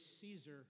Caesar